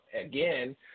Again